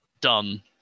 Done